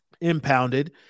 impounded